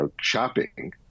shopping